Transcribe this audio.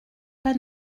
pas